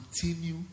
continue